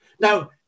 now